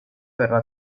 verrà